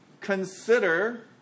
consider